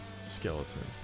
skeleton